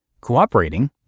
cooperating